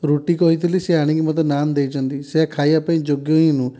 ରୁଟି କହିଥିଲି ସେ ଆଣିକି ମୋତେ ନାନ୍ ଦେଇଛନ୍ତି ସେ ଖାଇବା ପାଇଁ ଯୋଗ୍ୟ ହିଁ ନୁହଁ